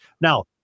Now